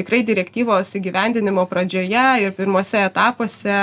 tikrai direktyvos įgyvendinimo pradžioje ir pirmuose etapuose